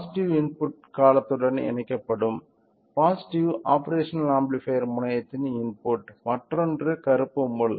positive input காலத்துடன் இணைக்கப்படும் positive operational amplifier முனையத்தின் இன்புட் மற்றொன்று கருப்பு முள்